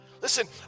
Listen